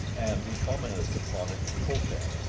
and he commented upon it to co-tan.